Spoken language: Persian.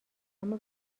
اما